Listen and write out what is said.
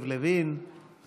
תודה רבה, אדוני היושב-ראש.